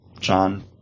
John